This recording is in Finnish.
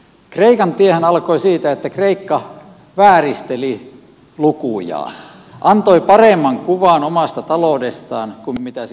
kreikan tiehän alkoi siitä että kreikka vääristeli lukujaan antoi paremman kuvan omasta taloudestaan kuin mitä se itse asiassa oli